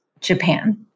Japan